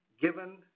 given